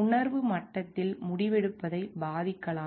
உணர்வு மட்டத்தில் முடிவெடுப்பதை பாதிக்கலாம்